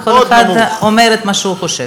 וכל אחד אומר את מה שהוא חושב.